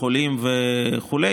החולים וכו'.